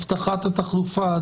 הבטחת התחלופה,